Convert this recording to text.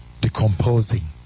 decomposing